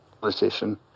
politician